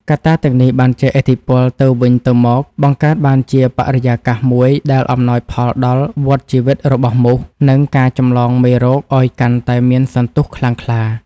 កត្តាទាំងនេះបានជះឥទ្ធិពលទៅវិញទៅមក បង្កើតបានជាបរិយាកាសមួយដែលអំណោយផលដល់វដ្តជីវិតរបស់មូស និងការចម្លងមេរោគឱ្យកាន់តែមានសន្ទុះខ្លាំងក្លា។